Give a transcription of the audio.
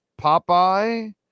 Popeye